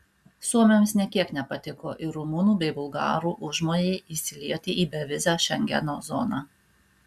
suomiams nė kiek nepatiko ir rumunų bei bulgarų užmojai įsilieti į bevizę šengeno zoną